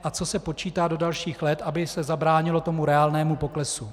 A co se počítá do dalších let, aby se zabránilo reálnému poklesu?